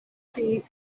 scii